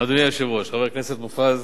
אדוני היושב-ראש, חבר הכנסת מופז,